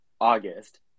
August